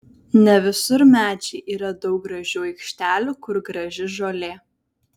ne visur medžiai yra daug gražių aikštelių kur graži žolė